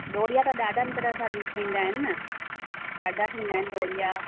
दोढिया त ॾाढनि तरह सां ॾी थींदा आहिनि न ॾाढा थींदा आहिनि दोढिया